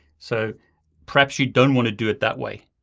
so perhaps you don't want to do it that way.